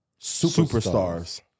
superstars